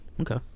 Okay